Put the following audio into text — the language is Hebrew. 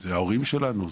זה ההורים שלנו,